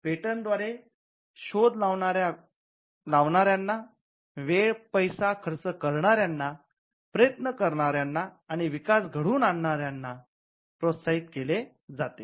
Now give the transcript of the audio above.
पेटंटव्येवस्थे द्वारे शोध लावणाऱ्यांना वेळ पैसा खर्च करणाऱ्याना प्रयत्न करणाऱ्याना आणि विकास घडवून आणणाऱ्यां लोकांना प्रोत्साहित केले जाते